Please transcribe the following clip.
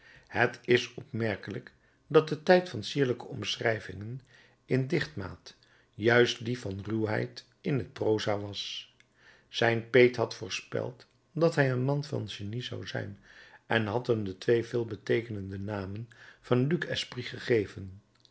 het is opmerkelijk dat de tijd van sierlijke omschrijvingen in dichtmaat juist die van ruwheid in het proza was zijn peet had voorspeld dat hij een man van genie zou zijn en had hem de twee veelbeteekenende namen van luc esprit gegeven